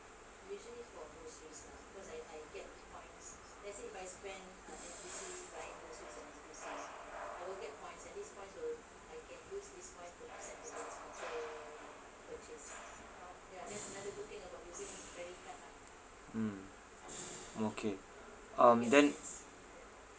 mm okay um then